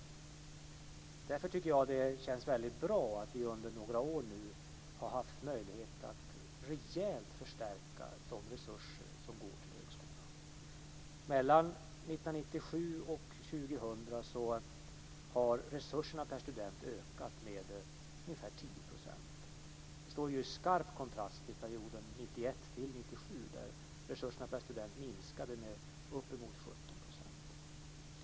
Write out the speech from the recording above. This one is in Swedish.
Därför tycker jag att det känns väldigt bra att vi nu under några år har haft möjlighet att rejält förstärka de resurser som går till högskolan. Mellan åren 1997 och 2000 har resurserna per student ökat med ungefär 10 %. Det står i skarp kontrast till perioden 1991-1997, då resurserna per student minskade med uppemot 17 %.